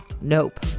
nope